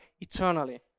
eternally